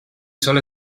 sol